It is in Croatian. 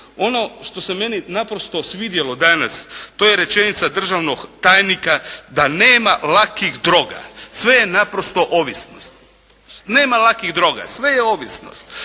Ono što se meni naprosto svidjelo danas to je rečenica državnog tajnika, da nema lakih droga. Sve je naprosto ovisnost. Nema lakih droga, sve je ovisnost.